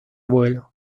vuelo